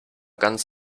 ganz